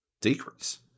decrease